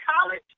college